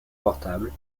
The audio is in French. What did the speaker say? portables